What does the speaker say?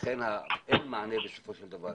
לכן אין מענה בסופו של דבר.